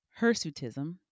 Hirsutism